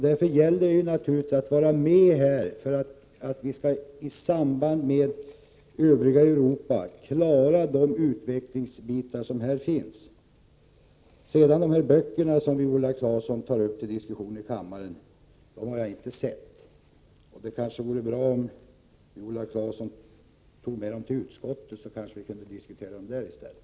Därför gäller det för oss att hänga med i utvecklingen och med det övriga Europa klara den utveckling som pågår. De böcker som Viola Claesson tar upp till diskussion i kammaren har jag inte sett. Det vore kanske bra om Viola Claesson tog med dessa böcker till utskottet, så att vi kunde diskutera dem där i stället.